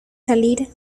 salir